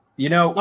you know, ah